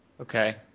Okay